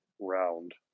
round